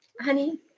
Honey